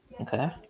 Okay